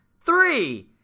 Three